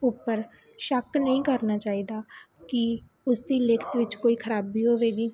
ਉੱਪਰ ਸ਼ੱਕ ਨਹੀਂ ਕਰਨਾ ਚਾਹੀਦਾ ਕਿ ਉਸਦੀ ਲਿਖਤ ਵਿੱਚ ਕੋਈ ਖ਼ਰਾਬੀ ਹੋਵੇਗੀ